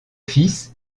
fils